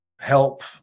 help